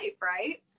right